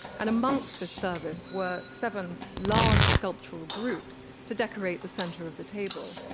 and amongst the service were seven large sculptural groups to decorate the center of the table.